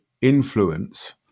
influence